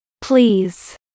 Please